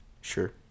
Sure